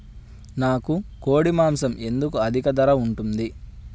నాకు కోడి మాసం ఎందుకు అధిక ధర ఉంటుంది?